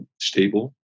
stable